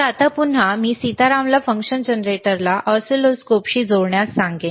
तर आता पुन्हा मी सीतारामला फंक्शन जनरेटरला ऑसिलोस्कोपशी जोडण्यास सांगेन